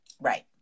Right